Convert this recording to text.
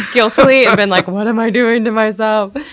guiltily, i've been, like, what am i doing to myself?